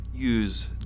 use